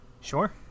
Sure